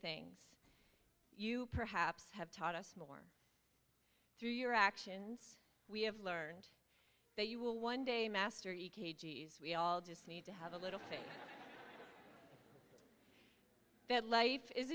things you perhaps have taught us more through your actions we have learned that you will one day master e k g s we all just need to have a little thing that life is